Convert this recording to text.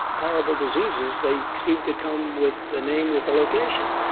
horrible diseases, they seem to come with a name with a location.